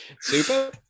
Super